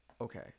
okay